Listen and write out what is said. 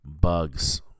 bugs